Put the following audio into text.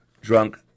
drunk